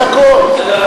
זה הכול.